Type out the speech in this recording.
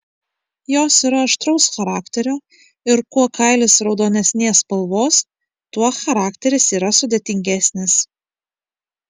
jos yra aštraus charakterio ir kuo kailis raudonesnės spalvos tuo charakteris yra sudėtingesnis